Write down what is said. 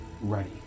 ready